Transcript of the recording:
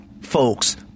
folks